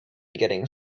getting